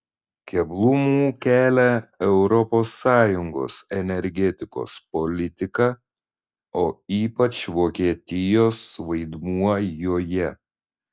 keblumų kelia europos sąjungos energetikos politika o ypač vokietijos vaidmuo joje